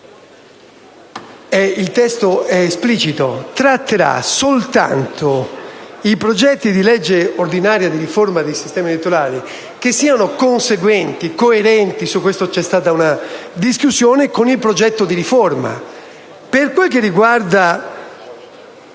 esplicito: il Comitato tratterà soltanto i progetti di legge ordinaria di riforma di sistemi elettorali che siano conseguenti e coerenti (su questo c'è stata una discussione) con il progetto di riforma. Per quanto riguarda